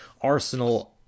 Arsenal